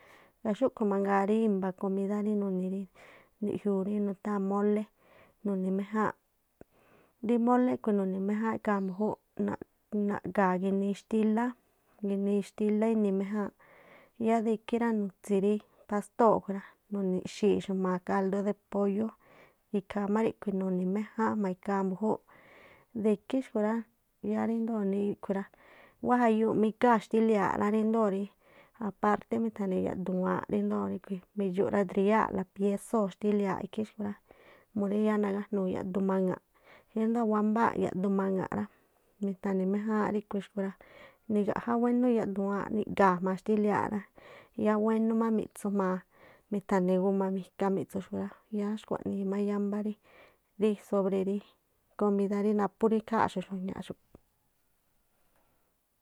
Ngaa̱ xúꞌkhu̱ mangaa rí i̱mḇa̱ komídá rí nuni̱ ri mbiꞌjiuu rí nutháa̱n mólé, nuni̱ méjáa̱nꞌ rí molé khui̱ nuni̱ méjáán ikhaa mbujúu̱ꞌ naꞌ- naꞌga̱a̱- ginii xtílá, gi̱nii xtílá i̱ni̱ méjáa̱nꞌ yáá de ikhí rá nutsi̱ rí pástóo̱ khui̱ rá nuni̱ꞌxi̱i̱ꞌ jma̱a káldo de pólló. Ikhaa má ríꞌkhui̱ nu̱ni̱ méjáán jma̱a ikhaa mbu̱júú, de ikhí xkhui̱ rá yáá ríndoo̱ ríꞌkhui̱ rá, wá jaꞌyuuꞌ má igaa̱ xtíliaa̱ꞌ rá ríndoo̱ rí apartí mithani̱ yaꞌduwaanꞌ ríndoo̱ mi̱dxu̱ꞌ radriyáaꞌla piésóo̱ xtíliaa̱ꞌ ikhí xku̱ rá, mú yáá nagájnuu yaꞌdu maŋa̱ꞌ, ríndoo̱ wámbáa̱ꞌ yaꞌdu maŋa̱ꞌ rá, mithani̱ méjáánꞌ ríꞌkhui̱ xku̱ rá nigaꞌjá wéñú yaꞌduwaanꞌ niga̱a̱ má xtíliaa̱ꞌ rá, yáá wénú má mi̱ꞌtsu̱ jma̱a, mithani̱ guma mika mi̱tsu xkui̱ rá. Yáá khuaꞌnii má yámbá rí sobre rí komídá rí naphú ikháa̱nꞌxu̱ꞌn xuajñaꞌxu̱ꞌ.